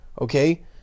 okay